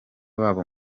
babo